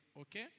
okay